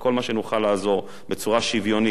בכל מה שנוכל לעזור בצורה שוויונית,